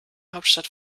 hauptstadt